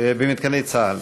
במתקני צה"ל.